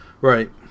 Right